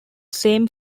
same